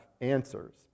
answers